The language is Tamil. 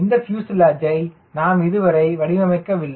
இந்த பியூஸ்லேஜை நாம் இதுவரை வடிவமைக்க வில்லை